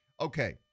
Okay